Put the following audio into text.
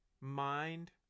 mind